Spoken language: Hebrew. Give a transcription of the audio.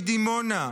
מדימונה,